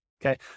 Okay